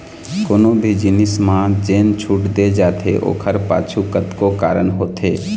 कोनो भी जिनिस म जेन छूट दे जाथे ओखर पाछू कतको कारन होथे